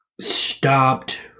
stopped